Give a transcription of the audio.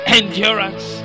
endurance